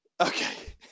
Okay